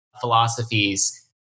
philosophies